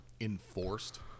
enforced